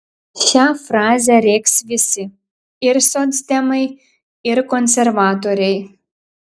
šią frazę rėks visi ir socdemai ir konservatoriai